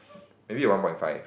maybe you one point five